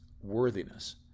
worthiness